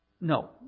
No